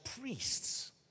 priests